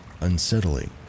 unsettling